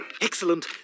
Excellent